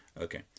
okay